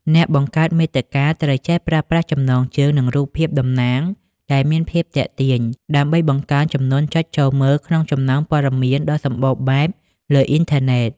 អ្នកបង្កើតមាតិកាត្រូវចេះប្រើប្រាស់ចំណងជើង និងរូបភាពតំណាង ដែលមានភាពទាក់ទាញ ដើម្បីបង្កើនចំនួនចុចចូលមើលក្នុងចំណោមព័ត៌មានដ៏សម្បូរបែបលើអ៊ីនធឺណិត។